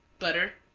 butter,